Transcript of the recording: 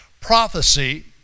prophecy